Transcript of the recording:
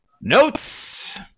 Notes